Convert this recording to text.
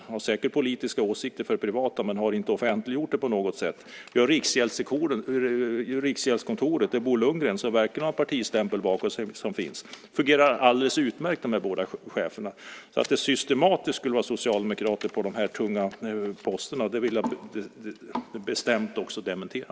Hon har säkert politiska åsikter privat men har inte offentliggjort dem på något sätt. Vi har Riksgäldskontoret med Bo Lundgren, som verkligen har partistämpel. Det fungerar alldeles utmärkt med de här båda cheferna. Att det systematiskt skulle vara socialdemokrater på de tunga posterna vill jag alltså bestämt också dementera.